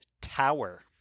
tower